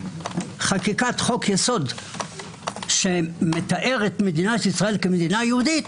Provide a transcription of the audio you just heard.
חקיקת חוק יסוד שמתארת את מדינת ישראל כמדינה יהודית,